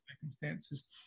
circumstances